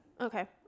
Okay